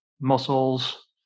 muscles